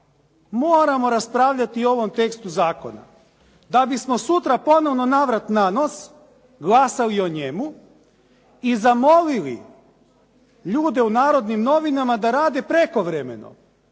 moramo raspravljati o ovom tekstu zakona da bismo sutra ponovno navrat-nanos glasali o njemu i zamolili ljude u "Narodnim novinama" da rade prekovremeno